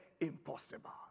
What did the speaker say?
impossible